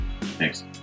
Thanks